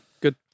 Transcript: Good